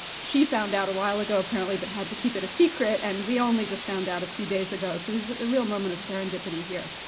she found out a while ago, apparently, but had to keep it a secret and we only just found out a few days ago. so there's a a real moment of serendipity here.